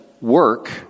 work